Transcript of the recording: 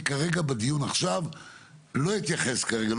אני כרגע בדיון עכשיו לא אתייחס כרגע.